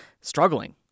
struggling